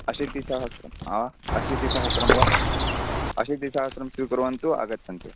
अशीतिसहस्रं अशीतिसहस्रं वा अशीतिसहस्रं स्वीकुर्वन्तु आगच्छन्तु